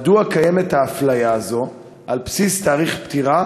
מדוע קיימת האפליה הזאת על בסיס תאריך פטירה,